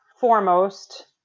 foremost